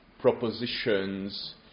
propositions